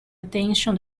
attention